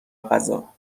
غذا